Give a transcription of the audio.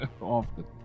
Often